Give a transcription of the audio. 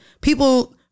people